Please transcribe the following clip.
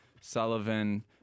Sullivan